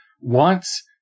wants